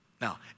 Now